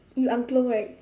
you angklung right